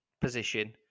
position